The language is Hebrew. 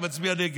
אני מצביע נגד.